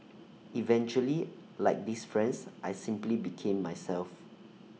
eventually like these friends I simply became myself